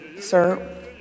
sir